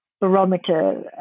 barometer